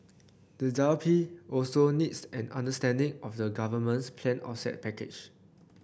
the W P also needs an understanding of the government's planned offset package